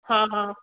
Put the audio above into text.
हा हा